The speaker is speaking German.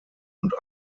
und